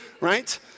right